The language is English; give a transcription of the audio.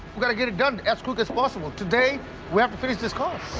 we gotta get it done as quick as possible. today we have to finish this car.